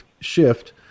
shift